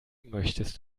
möchtest